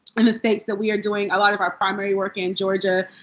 in the states that we're doing a lot of our primary work in. georgia.